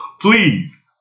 please